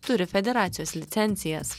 turi federacijos licencijas